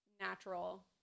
natural